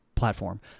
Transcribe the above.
platform